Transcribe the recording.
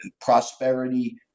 prosperity